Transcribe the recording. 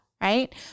right